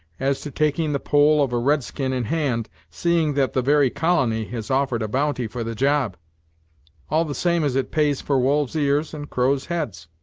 as to taking the poll of a red-skin in hand, seeing that the very colony has offered a bounty for the job all the same as it pays for wolves' ears and crows' heads.